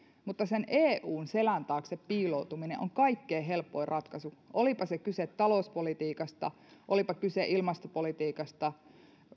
mutta sen eun selän taakse piiloutuminen on kaikkein helpoin ratkaisu olipa kyse talouspolitiikasta olipa kyse ilmastopolitiikasta